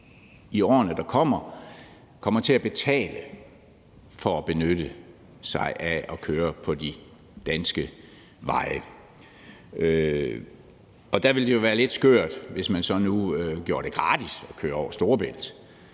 i årene, der kommer, kommer til at betale for at benytte sig af, køre på de danske veje. Der ville det jo være lidt skørt, hvis man så nu gjorde det gratis at køre over Storebælt,